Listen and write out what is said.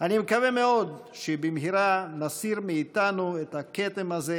אני מקווה מאוד שבמהרה נסיר מאיתנו את הכתם הזה,